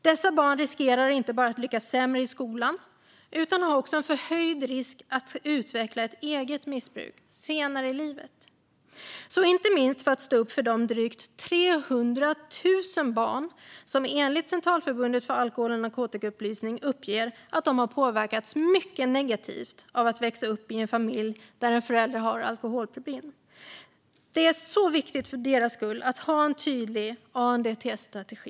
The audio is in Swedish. Dessa barn riskerar inte bara att lyckas sämre i skolan utan har också en förhöjd risk att utveckla ett eget missbruk senare i livet. Inte minst för att stå upp för de drygt 300 000 barn som enligt Centralförbundet för alkohol och narkotikaupplysning uppger att de har påverkats mycket negativt av att växa upp i en familj där en förälder har alkoholproblem är det så viktigt att ha en tydlig ANDTS-strategi.